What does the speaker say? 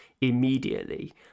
immediately